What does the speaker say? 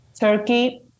Turkey